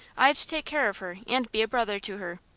i'd take care of her and be a brother to her.